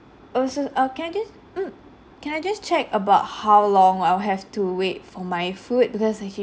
also err can I just mm can I just check about how long I'll have to wait for my food because actua~